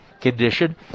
condition